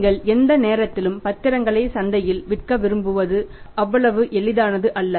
நீங்கள் எந்த நேரத்திலும் பத்திரங்களை சந்தையில் விற்க விரும்புவது அவ்வளவு எளிதானது அல்ல